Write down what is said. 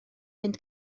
fynd